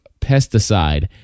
Pesticide